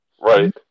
Right